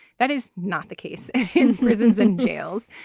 that is not the case in prisons and jails.